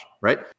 right